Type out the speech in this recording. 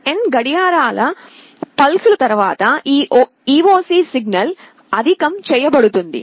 n గడియార pulse లు తరువాత ఈ EOC సిగ్నల్సిగ్నల్ అధికం చేయబడుతుంది